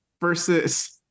versus